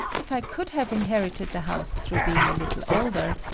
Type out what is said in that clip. if i could have inherited the house through being a little older,